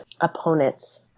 opponents